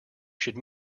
should